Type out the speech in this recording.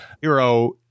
Hero